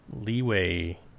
leeway